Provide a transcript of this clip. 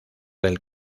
del